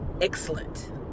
excellent